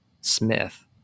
Smith